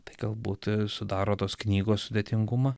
tai galbūt sudaro tos knygos sudėtingumą